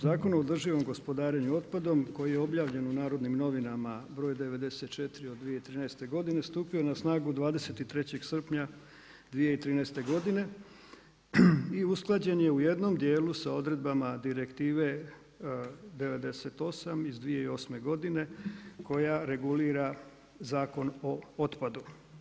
Zakonom o održivom gospodarenju otpadom koji je objavljen u Narodnim novinama br. 94 od 2013. stupio je na snagu 23. srpnja 2013. godine i usklađen je u jednom dijelu sa odredbama Direktive 98. iza 2008. godine koja regulira Zakon o otpadu.